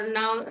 now